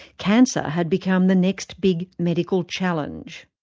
cancer had become the next big medical challenge.